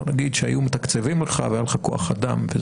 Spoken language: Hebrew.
בוא נגיד שהיו מתקצבים אותך והיה לך כוח אדם,